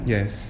Yes